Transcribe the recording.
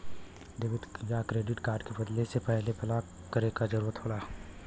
debit या credit card के बदले से पहले ब्लॉक करे क जरुरत होला